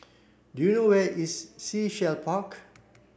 do you know where is Sea Shell Park